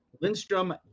lindstrom